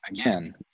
Again